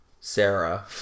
sarah